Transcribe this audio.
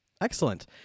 Excellent